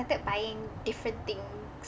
buying different things